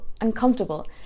uncomfortable